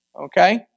Okay